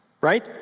Right